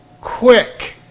quick